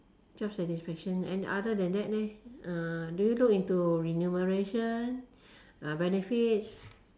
job satisfaction and other then that leh uh do you look into remuneration uh benefits